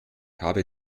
habe